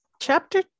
chapter